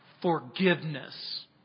Forgiveness